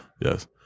Yes